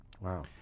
Wow